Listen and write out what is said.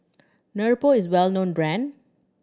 Nepro is a well known brand